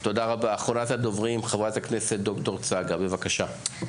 אחרונת הדוברים, חברת הכנסת ד"ר צגה, בבקשה.